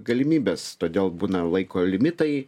galimybės todėl būna laiko limitai